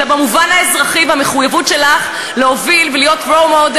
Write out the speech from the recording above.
אלא במובן האזרחי ובמחויבות שלך להוביל ולהיות role model